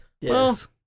Yes